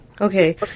Okay